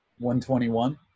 121